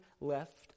left